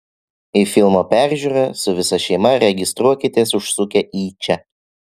į filmo peržiūrą su visa šeima registruokitės užsukę į čia